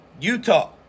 Utah